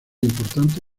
importante